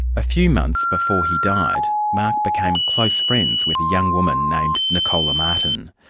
a few months before he died, mark became close friends with a young woman named nicola martin.